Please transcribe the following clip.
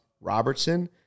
Robertson